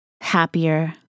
happier